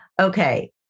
Okay